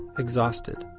exhausted,